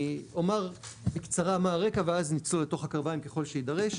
אני אומר בקצרה מה הרקע ואז נצלול לתוך הקרביים ככל שיידרש.